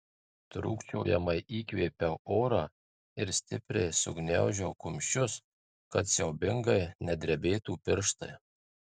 trūkčiojamai įkvėpiau oro ir stipriai sugniaužiau kumščius kad siaubingai nedrebėtų pirštai